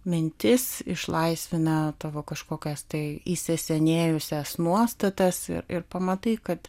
mintis išlaisvina tavo kažkokias tai įsisenėjusias nuostatas ir ir pamatai kad